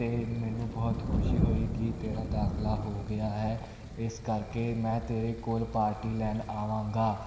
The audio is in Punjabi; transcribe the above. ਅਤੇ ਮੈਨੂੰ ਬਹੁਤ ਖੁਸ਼ੀ ਹੋਈ ਕਿ ਤੇਰਾ ਦਾਖਲਾ ਹੋ ਗਿਆ ਹੈ ਇਸ ਕਰਕੇ ਮੈਂ ਤੇਰੇ ਕੋਲ ਪਾਰਟੀ ਲੈਣ ਆਵਾਂਗਾ